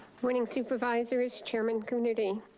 morning supervisors, chairman coonerty.